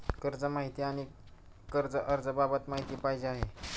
कर्ज माहिती आणि कर्ज अर्ज बाबत माहिती पाहिजे आहे